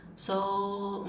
so